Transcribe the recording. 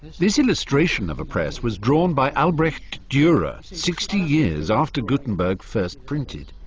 this illustration of a press was drawn by albrecht durer sixty years after gutenberg first printed.